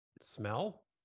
smell